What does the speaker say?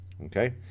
okay